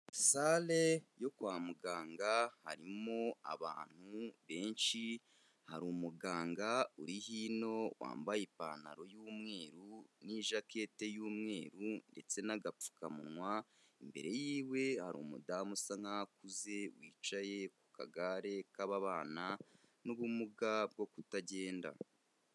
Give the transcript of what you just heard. Salle yo kwa muganga harimo abantu benshi, hari umuganga uri hino wambaye ipantaro y'umweru n'ijakete y'umweru ndetse n'agapfukamunwa, imbere yiwe hari umudamu usa nk'aho akuze wicaye ku kagare k'ababana n'ubumuga bwo kutagenda.